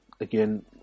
again